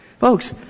Folks